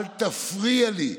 אל תפריע לי.